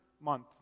month